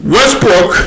Westbrook